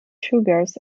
sugars